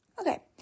Okay